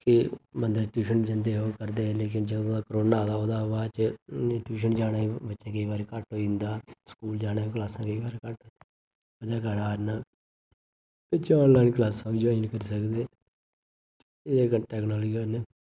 कि बंदे ट्यूशन जंदे हे ओह् पढ़दे हे लेकिन जदूं दा करोना आए दा ओह्दे बाद च ट्यूशन जाने गी बच्चे गी केईं बारी घट्ट होई जंदा स्कूल जाना ते क्लासां केईं बारी घट्ट ओह्दे कारण बेच्च आनलाइन क्लासां बी जाइन करी सकदे एहदे कन्नै टेक्नालजी कन्नै